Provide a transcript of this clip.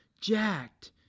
jacked